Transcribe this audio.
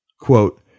Quote